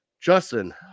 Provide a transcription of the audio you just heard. Justin